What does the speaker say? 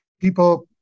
people